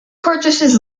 purchases